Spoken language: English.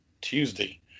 tuesday